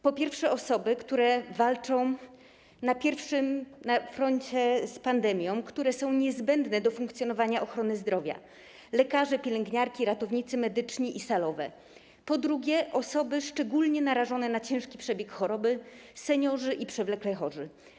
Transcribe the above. Po pierwsze, osoby, które walczą na pierwszej linii frontu z pandemią, które są niezbędne do funkcjonowania ochrony zdrowia: lekarze, pielęgniarki, ratownicy medyczni i salowe, po drugie, osoby szczególnie narażone na ciężki przebieg choroby: seniorzy i przewlekle chorzy.